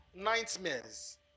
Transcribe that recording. nightmares